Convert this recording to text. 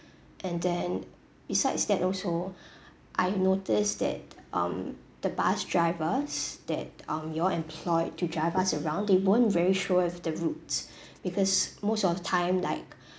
and then besides that also I noticed that um the bus drivers that um you all employed to drive us around they weren't very sure of the routes because most of time like